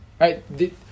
right